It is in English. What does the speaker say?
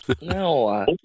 no